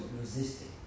resisting